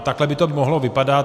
Takhle by to mohlo vypadat.